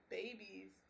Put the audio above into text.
babies